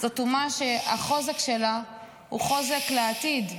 זאת אומה שהחוזק שלה הוא חוזק לעתיד,